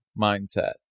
mindset